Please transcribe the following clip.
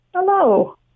Hello